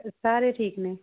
ਸਾਰੇ ਠੀਕ ਨੇ